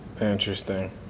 Interesting